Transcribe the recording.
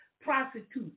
prostitutes